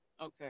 Okay